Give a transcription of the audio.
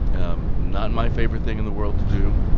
um not my favorite thing in the world to do,